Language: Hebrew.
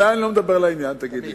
מתי אני לא מדבר לעניין, תגיד לי?